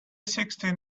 sixteen